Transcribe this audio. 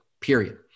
period